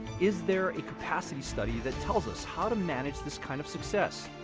is there a capacity study that tells us how to manage this kind of success?